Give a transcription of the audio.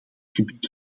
gebied